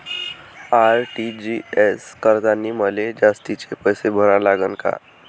RTGS करतांनी मले जास्तीचे पैसे भरा लागन का?